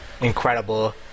incredible